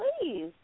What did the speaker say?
please